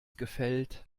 gefällt